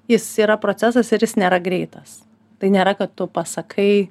jis yra procesas ir jis nėra greitas tai nėra kad tu pasakai